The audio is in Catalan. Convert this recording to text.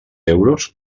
euros